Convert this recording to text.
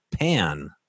pan